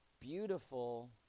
beautiful